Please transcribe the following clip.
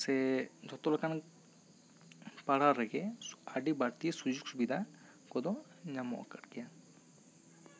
ᱥᱮ ᱡᱚᱛᱚ ᱞᱮᱠᱟᱱ ᱯᱟᱲᱦᱟᱣ ᱨᱮᱜᱮ ᱟᱹᱰᱤ ᱵᱟᱹᱲᱛᱤ ᱥᱩᱡᱳᱜᱽ ᱥᱩᱵᱤᱫᱷᱟ ᱠᱚᱫᱚ ᱧᱟᱢᱚᱜ ᱟᱠᱟᱫ ᱜᱮᱭᱟ